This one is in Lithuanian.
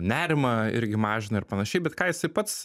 nerimą irgi mažina ir panašiai bet ką jisai pats